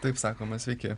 taip sakoma sveiki